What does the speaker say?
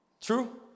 True